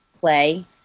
play